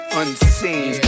unseen